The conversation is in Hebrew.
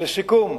לסיכום,